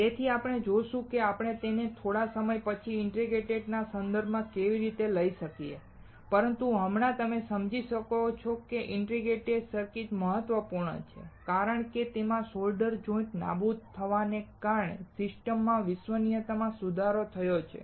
તેથી આપણે જોશું આપણે તેને થોડા સમય પછી ઇન્ટિગ્રેટેડ સર્કિટના સંદર્ભમાં કેવી રીતે લઈ શકીએ પરંતુ હમણાં તમે સમજી શકો છો કે શા માટે ઇન્ટિગ્રેટેડ સર્કિટ મહત્વપૂર્ણ છે કારણ કે તેમાં સોલ્ડર જોઈંટ્સ નાબૂદ થવાને કારણે સિસ્ટમની વિશ્વસનીયતામાં સુધારો થયો છે